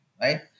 right